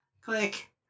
Click